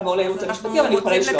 אנחנו יכולים לשלוח אותו.